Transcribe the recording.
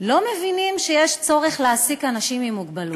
לא מבינים שצריך להעסיק אנשים עם מוגבלות.